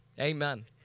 Amen